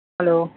hello